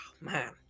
man